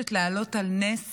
מבקשת להעלות על נס